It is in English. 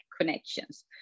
connections